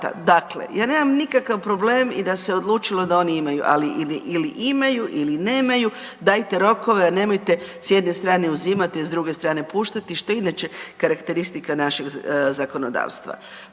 Dakle, ja nemam nikakav problem i da se odlučilo da oni imaju, ali ili imaju ili nemaju, dajte rokove, a nemojte s jedne strane uzimati, a s druge strane puštati što je inače karakteristika našeg zakonodavstva.